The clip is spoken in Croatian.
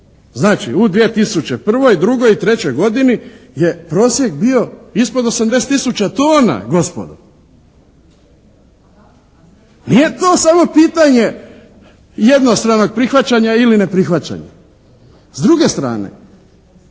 2001., 2002. i 2003. godini je prosjek bio ispod 80 tisuća tona gospodo. Nije to samo pitanje jednostranog prihvaćanja ili neprihvaćanja. S druge strane